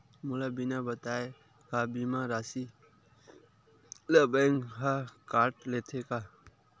मोला बिना बताय का बीमा के राशि ला बैंक हा कत लेते का?